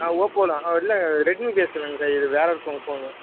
ஆ ஓப்போல ஆ இல்லை ரெட்மிக்கு சார் இது வேறு ஒருத்தங்க ஃபோனு